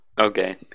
Okay